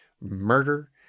murder